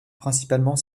principalement